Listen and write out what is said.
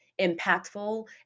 impactful